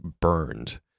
burned